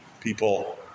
people